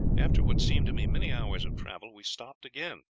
after what seemed to me many hours of travel, we stopped again,